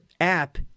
app